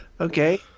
Okay